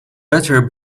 better